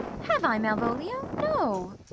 have i, malvolio? no.